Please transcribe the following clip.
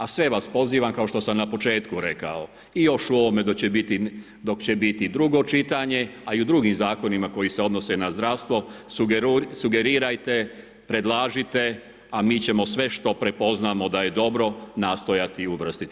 A sve vas pozivam kao što sam na početku rekao i još u ovome dok će biti drugo čitanje, a i u drugim zakonima koji se odnose na zdravstvo, sugerirajte, predlažite, a mi ćemo sve što prepoznamo da je dobro nastojati uvrstiti.